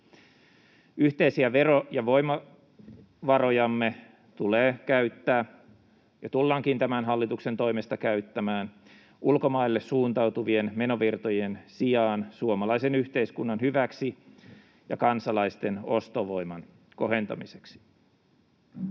Yhteisiä vero- ja voimavarojamme tulee käyttää ja tullaankin tämän hallituksen toimesta käyttämään ulkomaille suuntautuvien menovirtojen sijaan suomalaisen yhteiskunnan hyväksi ja kansalaisten ostovoiman kohentamiseksi.